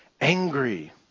angry